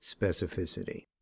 specificity